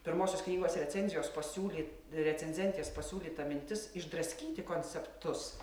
pirmosios knygos recenzijos pasiūly recenzentės pasiūlyta mintis išdraskyti konceptus